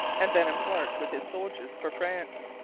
and then embarked with his soldiers for france.